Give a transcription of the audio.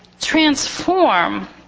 transform